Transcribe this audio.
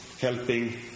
helping